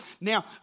Now